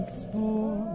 floor